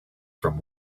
from